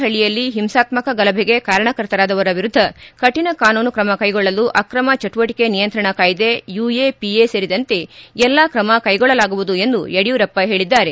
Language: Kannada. ಹಳ್ಳಿಯಲ್ಲಿ ಹಿಂಸಾತ್ಕಕ ಗಲಭೆಗೆ ಕಾರಣಕರ್ತರಾದವರ ವಿರುದ್ದ ಕಠಿಣ ಕಾನೂನು ಕ್ರಮ ಕ್ಕೆಗೊಳ್ಳಲು ಆಕ್ರಮ ಚಟುವಟಿಕೆ ನಿಯಂತ್ರಣ ಕಾಯ್ನೆ ಯುಎಪಿಎ ಸೇರಿದಂತೆ ಎಲ್ಲ ಕ್ರಮ ಕೈಗೊಳ್ಳಲಾಗುವುದು ಎಂದು ಯಡಿಯೂರಪ್ಪ ಹೇಳಿದ್ದಾರೆ